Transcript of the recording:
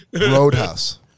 Roadhouse